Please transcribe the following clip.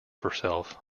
herself